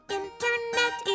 internet